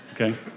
okay